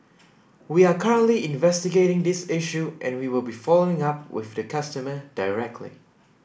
we are currently investigating this issue and we will be following up with the customer directly